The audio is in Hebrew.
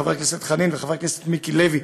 חבר הכנסת חנין וחבר הכנסת מיקי לוי,